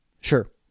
Sure